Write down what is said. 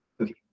Okay